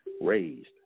raised